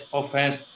offense